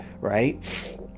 right